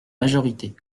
majorité